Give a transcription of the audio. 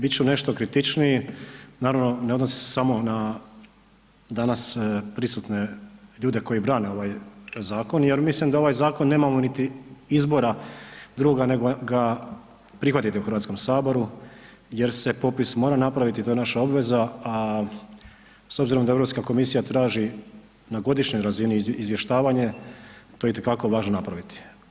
Bit ću nešto kritičniji, naravno ne odnosi se samo na danas prisutne ljude koji brane ovaj zakon jer mislim da ovaj zakon nemamo niti izbora drugoga nego ga prihvatiti u Hrvatskom saboru jer se popis mora napraviti to je naša obveza, a s obzirom da Europska komisija traži na godišnjoj razini izvještavanje, to je itekako važno napraviti.